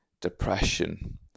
depression